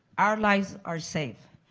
our lives are safe.